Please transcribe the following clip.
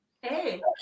hey